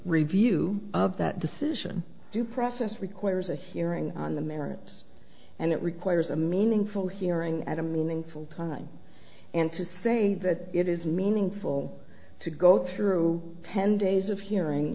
review of that decision due process requires a hearing on the merits and it requires a meaningful hearing at a meaningful time and to say that it is meaningful to go through pen days of hearing